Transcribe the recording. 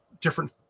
different